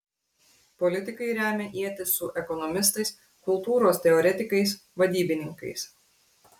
politikai remia ietis su ekonomistais kultūros teoretikais vadybininkais